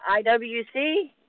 IWC